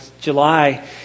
July